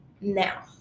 Now